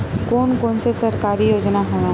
कोन कोन से सरकारी योजना हवय?